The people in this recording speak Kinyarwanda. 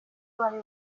bari